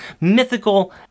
mythical